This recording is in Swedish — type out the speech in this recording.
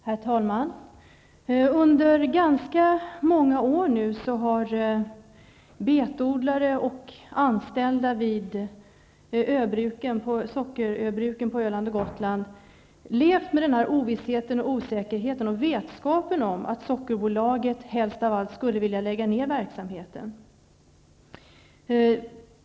Herr talman! Under ganska många år har betodlare och anställda vid sockerbruken på Öland och Gotland levt med ovissheten och med vetskapen om att Sockerbolaget helst av allt skulle vilja lägga ner verksamheten.